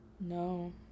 No